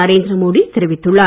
நரேந்திர மோடி தெரிவித்துள்ளார்